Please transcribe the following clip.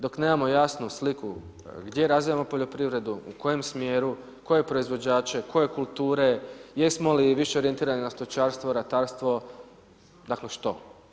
Dok nemamo jasnu sliku gdje razvijamo poljoprivredu, u kojem smjeru, koje proizvođače, koje kulture, jesmo li više orijentirani na stočarstvo, ratarstvo, dakle što?